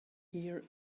here